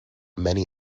many